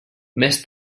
més